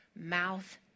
mouth